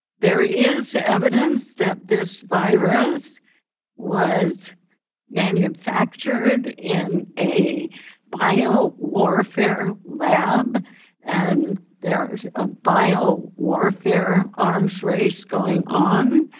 there is evidence that this virus was manufactured in a bio warfare lab and there is a bio warfare arms race going on.